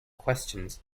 questions